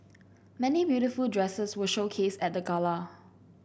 many beautiful dresses were showcased at the gala